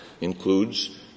includes